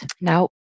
Now